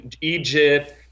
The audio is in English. Egypt